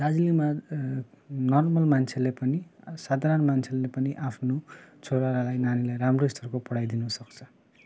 दार्जिलिङमा नर्मल मान्छेले पनि साधारण मान्छेले पनि आफ्नो छोरालाई नानीलाई राम्रो स्तरको पढाई दिनसक्छ